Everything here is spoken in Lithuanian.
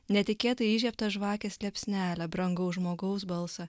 netikėtai įžiebtą žvakės liepsnelę brangaus žmogaus balsą